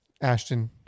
Ashton